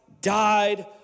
died